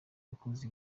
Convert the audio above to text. yakoze